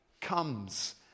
comes